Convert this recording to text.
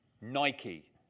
Nike